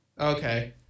okay